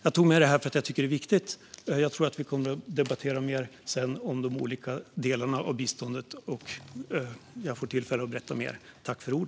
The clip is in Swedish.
Jag tog med detta för att jag tycker att det är viktigt. Jag tror att vi sedan kommer att debattera de olika delarna av biståndet mer så att jag får tillfälle att berätta mer.